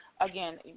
Again